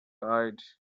eyed